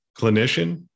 clinician